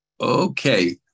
Okay